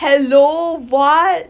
hello what